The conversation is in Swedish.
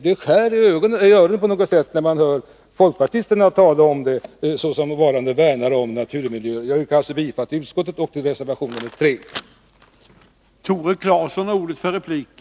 Det skär i öronen när man hör folkpartister tala om sig själva som värnare om naturmiljöer. Jag yrkar alltså bifall till reservation nr 3 och i övrigt till utskottets hemställan.